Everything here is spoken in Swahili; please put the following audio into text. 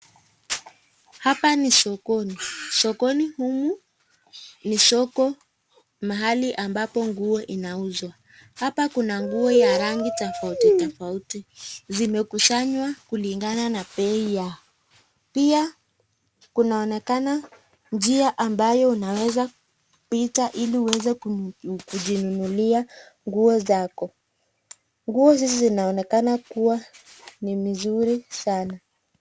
Hapa ni sokoni, sokoni humu ni soko ambapo nguo inauzwa, hapa kuna nguo ya rangi tofautitofauti, zimekusanywa kulingana na bei yao, pia kunaonekana njia ambayo unaweza pita ili uweze kujinunulia nguo zako, nguo hizo zinaonekana kuwa ni mzuri sana.